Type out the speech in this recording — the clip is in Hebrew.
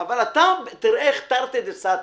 אבל תראה איך זה תרתי דסתרי.